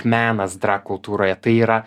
menas drag kultūroje tai yra